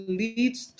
leads